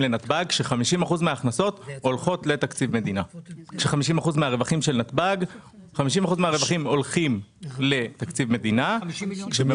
עשינו חוק שאומר ש-50% מהעודפים של רשות שדות